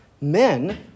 men